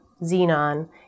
xenon